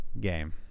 game